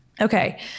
Okay